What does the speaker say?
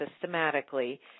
systematically